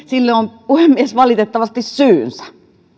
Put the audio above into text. sille on valitettavasti syynsä